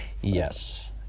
Yes